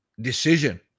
decision